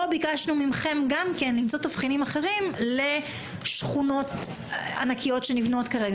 פה ביקשנו מכם למצוא תבחינים אחרים לשכונות ענקיות שנבנות כרגע,